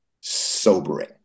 sobering